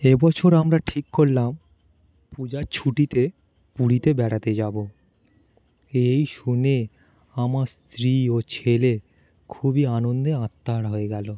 এ বছর আমরা ঠিক করলাম পূজার ছুটিতে পুরীতে বেড়াতে যাবো এই শুনে আমার স্ত্রী ও ছেলে খুবই আনন্দে আত্মহারা হয়ে গেলো